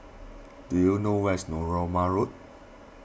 do you know where is Narooma Road